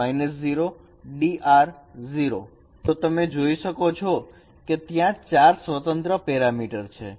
ARRDR તો તમે જોઈ શકો છો કે ત્યાં ચાર સ્વતંત્ર પેરામીટર છે